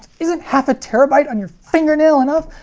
isn't half a terabyte on your fingernail enough?